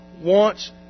wants